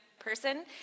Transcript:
person